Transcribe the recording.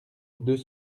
deux